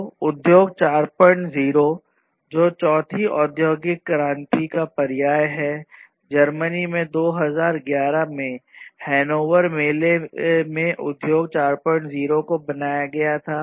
तो उद्योग 40 जो चौथा औद्योगिक क्रांति का पर्याय है जर्मनी में 2011 में हनोवर मेले में उद्योग 40 को बनाया गया था